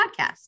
podcast